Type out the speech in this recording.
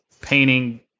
painting